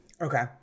Okay